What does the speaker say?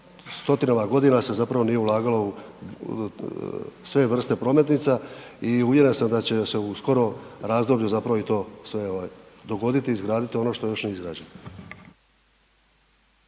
stotinama godinama se zapravo nije ulagalo u sve vrste prometnica i uvjeren sam da će se u skorom razdoblju zapravo i to sve dogoditi, izgraditi ono što još nije izgrađeno.